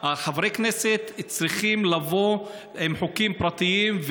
חברי הכנסת צריכים לבוא עם חוקים פרטיים,